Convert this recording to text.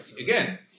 Again